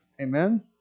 Amen